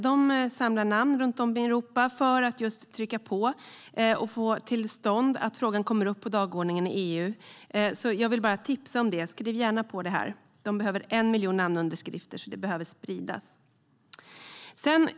De samlar namn runt om i Europa för att just trycka på för och få till stånd att frågan kommer upp på dagordningen i EU. Jag vill därför tipsa om det - skriv gärna på detta! De behöver 1 miljon namnunderskrifter, så det behöver spridas.